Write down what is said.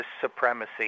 supremacy